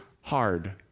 hard